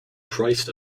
christ